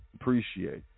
Appreciate